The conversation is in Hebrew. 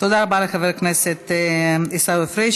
תודה רבה לחבר הכנסת עיסאווי פריג'.